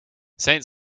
saint